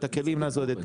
את הכלים לעשות את זה,